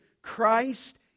Christ